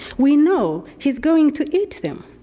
we know he's going to eat them.